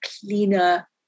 cleaner